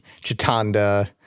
Chitanda